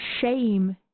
shame